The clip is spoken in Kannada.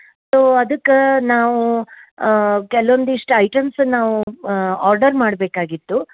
ಸೊ ಅದಕ್ಕೆ ನಾವು ಕೆಲವೊಂದಿಷ್ಟು ಐಟಮ್ಸ್ ನಾವು ಆರ್ಡರ್ ಮಾಡಬೇಕಾಗಿತ್ತು